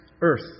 earth